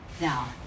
Now